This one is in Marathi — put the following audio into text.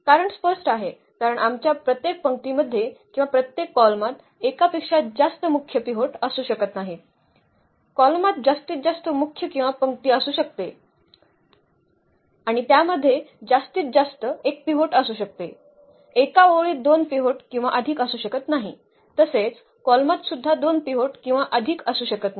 कारण स्पष्ट आहे कारण आमच्या प्रत्येक पंक्तीमध्ये किंवा प्रत्येक कॉलमात एकापेक्षा जास्त मुख्य पिव्होट असू शकत नाहीत कॉलमात जास्तीत जास्त मुख्य किंवा पंक्ती असू शकते आणि त्यामध्ये जास्तीत जास्त एक पिव्होट असू शकते एका ओळीत दोन पिव्होट किंवा अधिक असू शकत नाही तसेच कॉलमात सुद्धा दोन पिव्होट किंवा अधिकअसू शकत नाही